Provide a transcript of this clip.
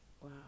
Wow